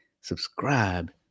subscribe